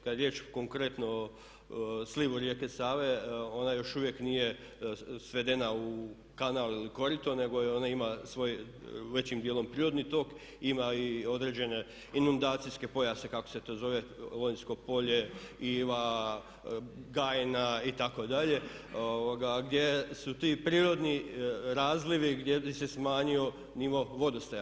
Kad je riječ konkretno o slivu rijeke Save ona još uvijek nije svedena u kanal ili korito nego ona ima svoj većim dijelom prirodni tok, ima i određene … [[Ne razumije se.]] pojase kako se to zove, Lonjsko polje, Iva, Gajna itd. gdje su ti prirodni razlivi, gdje se smanjio nivo vodostaja.